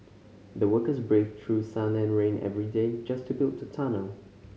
the workers braved through sun and rain every day just to build the tunnel